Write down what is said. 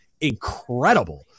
incredible